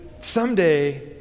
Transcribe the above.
someday